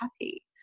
happy